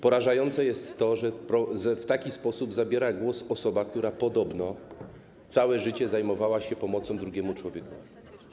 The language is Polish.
Porażające jest to, że w taki sposób zabiera głos osoba, która podobno całe życie zajmowała się pomocą drugiemu człowiekowi.